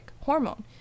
hormone